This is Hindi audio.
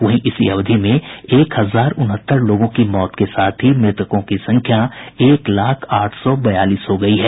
वहीं इसी अवधि में एक हजार उनहत्तर लोगों की मौत के साथ ही मृतकों की संख्या एक लाख आठ सौ बयालीस हो गयी है